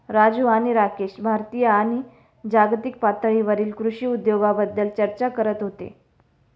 राजू आणि राकेश भारतीय आणि जागतिक पातळीवरील कृषी उद्योगाबद्दल चर्चा करत होते